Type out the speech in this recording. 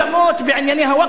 בענייני הווקף האסלאמי?